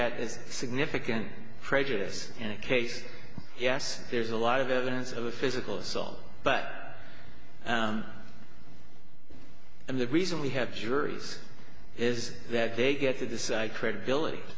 that is significant prejudice in a case yes there's a lot of evidence of a physical assault but and the reason we have juries is that they get to decide credibility